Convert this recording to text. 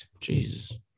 Jesus